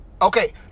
Okay